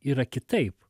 yra kitaip